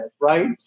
Right